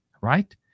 right